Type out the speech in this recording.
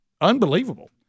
Unbelievable